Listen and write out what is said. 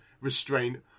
restraint